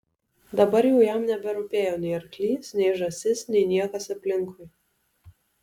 dabar jau jam neberūpėjo nei arklys nei žąsis nei niekas aplinkui